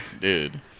Dude